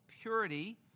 purity